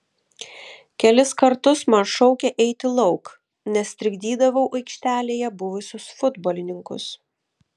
kelis kartus man šaukė eiti lauk nes trikdydavau aikštelėje buvusius futbolininkus